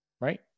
right